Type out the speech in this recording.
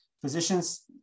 physicians